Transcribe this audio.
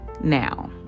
now